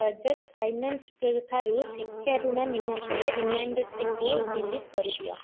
ବଜାଜ ଫାଇନାନ୍ସଠାରୁ ଶିକ୍ଷା ଋଣ ନିମନ୍ତେ ରିମାଇଣ୍ଡର୍ଟିକୁ ଡିଲିଟ୍ କରିଦିଅ